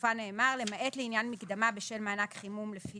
בסופה נאמר: "למעט לעניין מקדמה בשל מענק חימום לפי